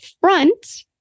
front